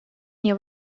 мне